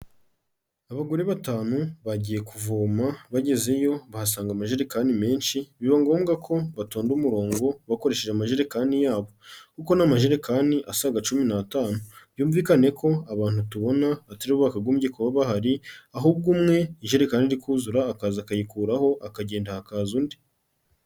Abagore batanu bagiye kuvoma bagezeyo bahasanga amajerekani menshi biba ngombwa ko batonda umurongo bakoresheje amajerekani yabo. Kuko ni amajerekani asaga cumi n'atanu. Byumvikane ko abantu tubona ataribo bakagombye kuba bahari ahubwo umwe ijerekani iri kuzura akaza akayikuraho akagenda hakaza undi.